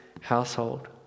household